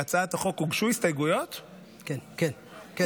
להצעת החוק הוגשו הסתייגויות, כן, כן.